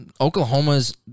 Oklahoma's